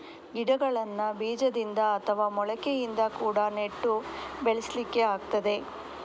ಗಿಡಗಳನ್ನ ಬೀಜದಿಂದ ಅಥವಾ ಮೊಳಕೆಯಿಂದ ಕೂಡಾ ನೆಟ್ಟು ಬೆಳೆಸ್ಲಿಕ್ಕೆ ಆಗ್ತದೆ